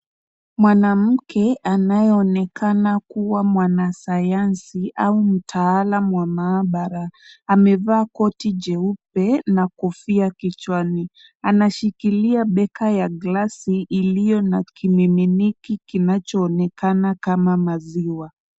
Mwanamke anayeonekana kuwa mwanasayansi au mtaalam wa maabara, amevaa koti jeupe na kofia kichwani. Anashikilia beka ya glasi iliyo na kimiminiki kinachoonekana kama maziwa.